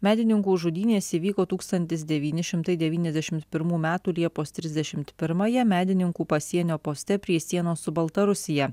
medininkų žudynės įvyko tūkstantis devyni šimtai devyniasdešimt pirmų metų liepos trisdešimt pirmąją medininkų pasienio poste prie sienos su baltarusija